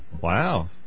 Wow